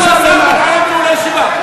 למה השר מתערב בניהול הישיבה?